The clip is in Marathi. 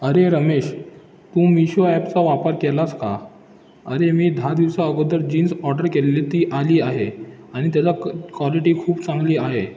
अरे रमेश तू मीशो ॲपचा वापर केलास का अरे मी दहा दिवसाअगोदर जीन्स ऑर्डर केले ती आली आहे आणि त्याचा क क्वालिटी खूप चांगली आहे